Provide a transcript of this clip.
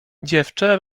dziewczę